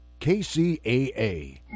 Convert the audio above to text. KCAA